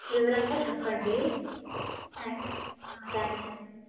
వివరంగా చెప్పండి thank thanks అండి